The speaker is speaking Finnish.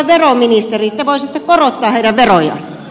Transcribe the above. te voisitte korottaa heidän verojaan